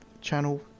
channel